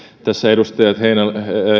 tässä edustajat heinonen